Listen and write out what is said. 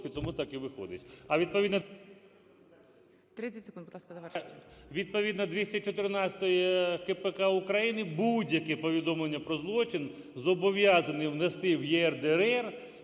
тому так і виходить.